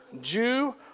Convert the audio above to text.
Jew